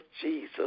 Jesus